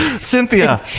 Cynthia